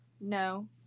no